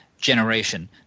generation –